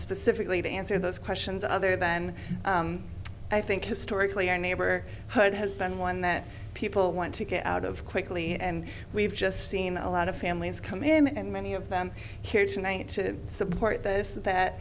specifically to answer those questions other than i think historically our neighbor hood has been one that people want to get out of quickly and we've just seen a lot of families come in and many of them here tonight to support this that